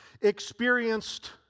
experienced